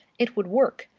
it would work.